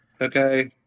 Okay